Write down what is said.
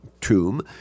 tomb